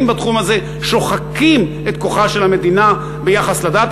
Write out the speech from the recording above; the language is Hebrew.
בתחום שוחקים את כוחה של המדינה ביחס לדת.